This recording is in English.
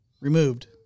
removed